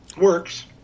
Works